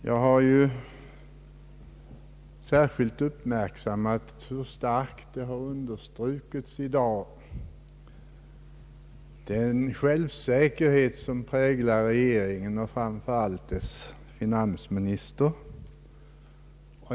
Jag har särskilt uppmärksammat hur starkt man från oppositionens sida understrukit den självsäkerhet som man anser präglar regeringen och framför allt dess finansminister.